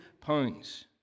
pounds